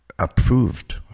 approved